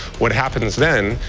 what happens then,